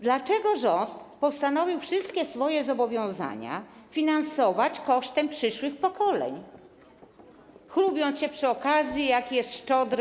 Dlaczego rząd postanowił wszystkie swoje zobowiązania finansować kosztem przyszłych pokoleń, chlubiąc się przy okazji, jaki obecnie jest szczodry?